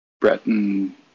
Breton